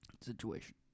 situation